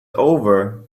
over